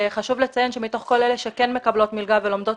מכל אלה שכן מקבלות מלגה ולומדות,